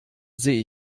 sehe